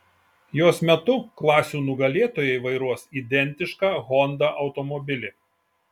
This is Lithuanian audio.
jos metu klasių nugalėtojai vairuos identišką honda automobilį